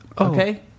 Okay